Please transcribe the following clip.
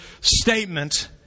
statement